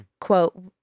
Quote